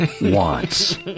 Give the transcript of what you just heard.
wants